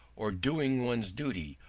or doing one's duty,